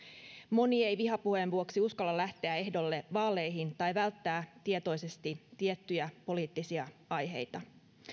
moni ei vihapuheen vuoksi uskalla lähteä ehdolle vaaleihin tai välttää tietoisesti tiettyjä poliittisia aiheita